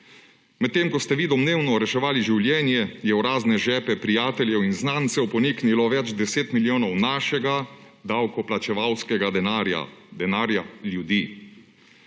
Medtem ko ste vi domnevno reševali življenje, je v razne žepe prijateljev in znancev poniknilo več deset milijonov našega davkoplačevalskega denarja, denarja ljudi.